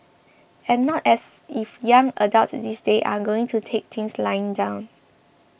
and not as if young adults these days are going to take things lying down